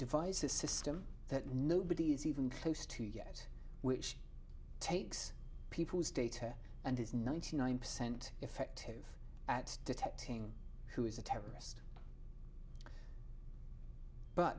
devise a system that nobody is even close to yet which takes people's data and is ninety nine percent effective at detecting who is a terrorist but